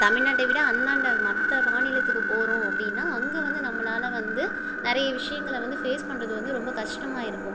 தமிழ்நாட்டை விட அந்தாண்ட மற்ற மாநிலத்துக்கு போகறோம் அப்படின்னா அங்கே வந்து நம்மளால் வந்து நிறைய விஷயங்கள வந்து ஃபேஸ் பண்ணுறது வந்து ரொம்ப கஷ்டமாக இருக்கும்